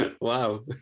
Wow